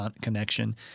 connection